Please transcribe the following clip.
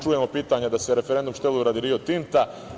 Čujemo pitanje da se referendum šteluje radi Rio Tinta.